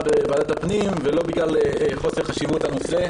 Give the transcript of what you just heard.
בוועדת הפנים ולא בגלל חוסר חשיבות הנושא.